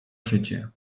szycie